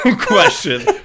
question